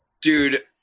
Dude